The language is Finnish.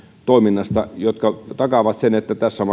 toiminnasta jotka takaavat sen että tässä maassa on